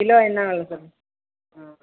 kilo என்ன வெலை சொல் ஆ